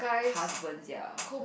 husbands ya